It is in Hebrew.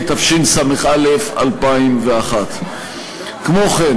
התשס"א 2001. כמו כן,